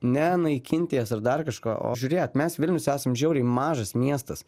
nenaikinti jas ar dar kažko o žiūrėt mes vilnius esam žiauriai mažas miestas